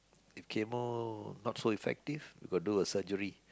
chemo not so effective we got to do the surgery